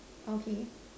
okay